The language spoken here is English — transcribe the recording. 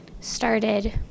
started